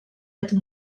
êtes